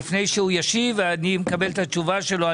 לפני שהוא ישיב, אני מקבל את התשובה שלו.